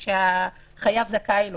שהחייב זכאי לו.